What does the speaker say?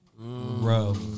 bro